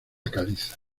caliza